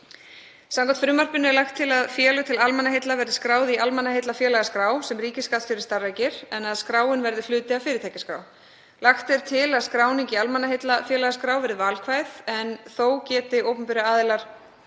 Samkvæmt frumvarpinu er lagt til að félög til almannaheilla verði skráð í almannaheillafélagaskrá sem ríkisskattstjóri starfrækir en að skráin verði hluti af fyrirtækjaskrá. Lagt er til að skráning í almannaheillafélagaskrá verði valkvæð en þó geti opinberir aðilar